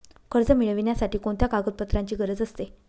कर्ज मिळविण्यासाठी कोणत्या कागदपत्रांची गरज असते?